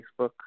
Facebook